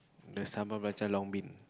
the sambal belacan long bean